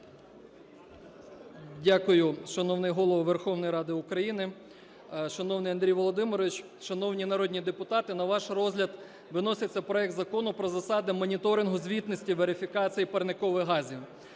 Дякую. Шановний Голово Верховної Ради України, шановний Андрій Володимирович, шановні народні депутати, на ваш розгляд виноситься проект Закону про засади моніторингу, звітності, верифікації парникових газів.